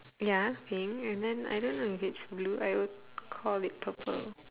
ya pink and then I don't know if it's blue I will c~ call it purple